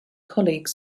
colleagues